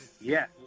Yes